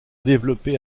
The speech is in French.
développé